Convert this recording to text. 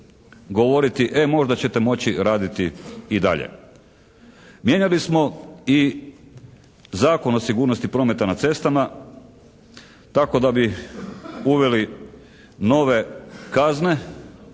govoriti e možda ćete moći raditi i dalje. Mijenjali smo i Zakon o sigurnosti prometa na cestama tako da bi uveli nove kazne